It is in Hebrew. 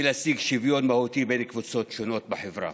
להשיג שוויון מהותי בין קבוצות שונות בחברה.